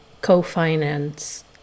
co-finance